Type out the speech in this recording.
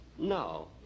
No